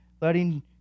letting